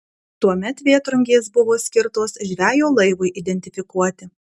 tuomet vėtrungės buvo skirtos žvejo laivui identifikuoti